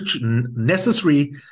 necessary